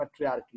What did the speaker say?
patriarchy